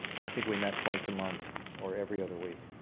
and i think we met twice a month or every other week.